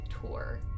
tour